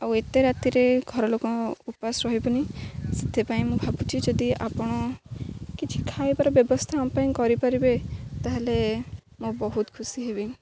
ଆଉ ଏତେ ରାତିରେ ଘର ଲୋକ ଉପାସ ରହିବେନି ସେଥିପାଇଁ ମୁଁ ଭାବୁଛି ଯଦି ଆପଣ କିଛି ଖାଇବାର ବ୍ୟବସ୍ଥା ଆମ ପାଇଁ କରିପାରିବେ ତାହେଲେ ମୁଁ ବହୁତ ଖୁସି ହେବି